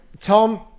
Tom